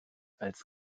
als